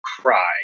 cry